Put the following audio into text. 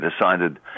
decided